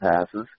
passes